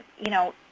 you know,